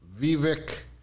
Vivek